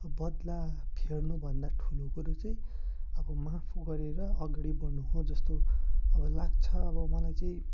बदला फेर्नुभन्दा ठुलो कुरो चाहिँ अब माफ गरेर अघाडि बढ्नु हो जस्तो अब लाग्छ अब मलाई चाहिँ